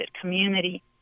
community